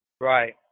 Right